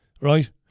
Right